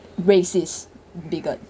racist bigot